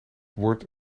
word